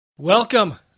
Welcome